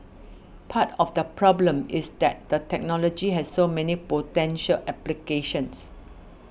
part of the problem is that the technology has so many potential applications